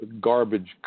garbage